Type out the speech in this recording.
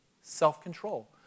self-control